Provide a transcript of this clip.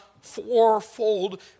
fourfold